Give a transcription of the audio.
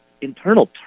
internal